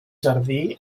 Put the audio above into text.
jardí